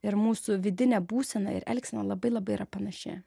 ir mūsų vidinė būsena ir elgsena labai labai yra panaši